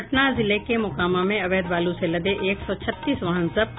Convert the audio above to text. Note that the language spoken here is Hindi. पटना जिले के मोकामा में अवैध बालू से लदे एक सौ छत्तीस वाहन जब्त